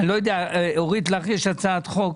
אני לא יודע, אורית, לך יש הצעת חוק?